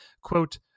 quote